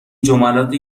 جملاتی